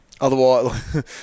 otherwise